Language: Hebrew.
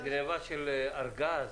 גניבה של ארגז